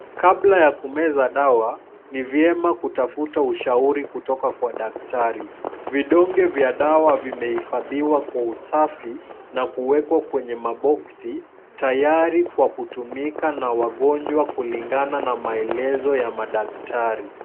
Kabla ya kumeza dawa, ni vyema kutafta ushauri kutoka kwa daktari. Vidonge vya dawa vimehifadhiwa kwa usafi, na kuwekwa kwenye maboksi, tayari kwa kutumika na wagonjwa kulingana na maelezo ya madaktari.